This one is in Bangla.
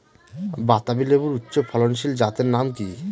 বাতাবি লেবুর উচ্চ ফলনশীল জাতের নাম কি?